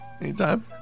Anytime